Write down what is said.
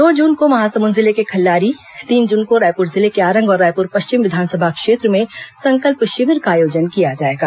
दो जून को महासमुंद जिले के खल्लारी तीन जून को रायपुर जिले के आरंग और रायपुर पश्चिम विधानसभा क्षेत्र में संकल्प शिविर का आयोजन किया जाएगा